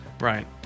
right